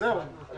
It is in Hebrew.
אם יש